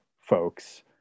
folks